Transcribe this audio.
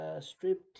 strip